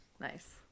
Nice